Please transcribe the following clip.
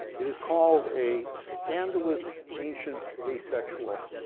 it is called a scandalous ancient asexual.